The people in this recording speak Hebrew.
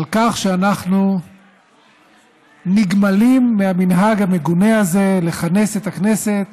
על כך שאנחנו נגמלים מהמנהג המגונה הזה לכנס את הכנסת